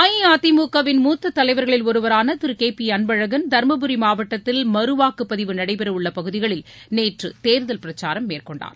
அஇஅதிமுகவின் மூத்த தலைவர்களில் ஒருவரான திரு கே பி அன்பழகன் தருமபுரி மாவட்டத்தில் மறுவாக்குப்பதிவு நடைபெறவுள்ள பகுதிகளில் நேற்று தேர்தல் பிரச்சாரம் மேற்கொண்டார்